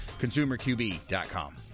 ConsumerQB.com